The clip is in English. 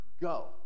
go